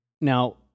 now